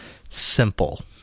simple